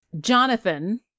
Jonathan